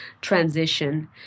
transition